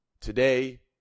Today